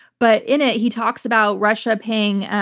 but in it, he talks about russia paying